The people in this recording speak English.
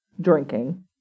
drinking